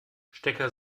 stecker